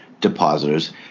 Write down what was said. depositors